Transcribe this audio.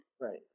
Right